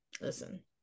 listen